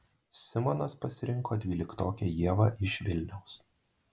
simonas pasirinko dvyliktokę ievą iš vilniaus